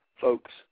folks